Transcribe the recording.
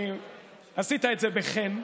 עשית את זה בחן,